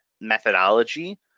methodology